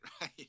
right